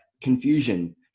confusion